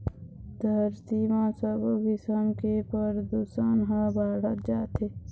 धरती म सबो किसम के परदूसन ह बाढ़त जात हे